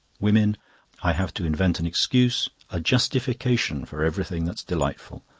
women i have to invent an excuse, a justification for everything that's delightful.